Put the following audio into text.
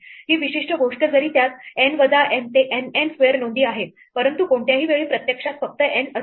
ही विशिष्ट गोष्ट जरी त्यात N वजा N ते N N स्क्वेअर नोंदी आहेत परंतु कोणत्याही वेळी प्रत्यक्षात फक्त N असतील